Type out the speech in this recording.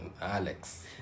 Alex